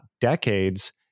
decades